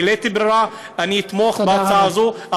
בלית ברירה אני אתמוך בהצעה הזאת,